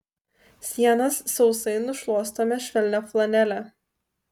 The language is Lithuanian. sienas sausai nušluostome švelnia flanele